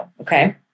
okay